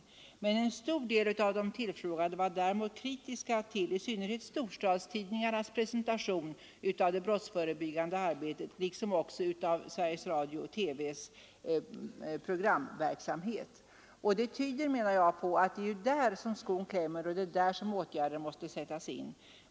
Däremot var en stor del av de tillfrågade kritiska till i synnerhet storstadstidningarnas presentation av det brottsförebyggande arbetet och även till Sveriges Radio-TV:s programverksamhet. Detta tyder på, menar jag, att det är just där skon klämmer. Det är där som åtgärder måste sättas in.